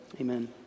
Amen